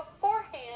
beforehand